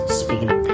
speaking